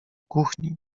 kuchni